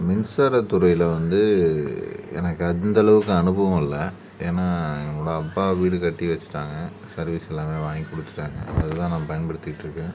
மின்சாரத்துறையில வந்து எனக்கு அந்தளவுக்கு அனுபவம் இல்லை ஏனால் என்னோடய அப்பா வீடு கட்டி வெச்சுட்டாங்க சர்வீஸ் எல்லாமே வாங்கி கொடுத்துட்டாங்க அது தான் நான் பயன்படுத்திகிட்டிருக்கேன்